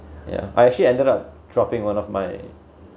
yeah I actually ended up dropping one of my